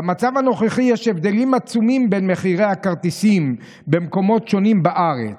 במצב הנוכחי יש הבדלים עצומים בין מחירי הכרטיסים במקומות שונים בארץ: